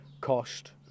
cost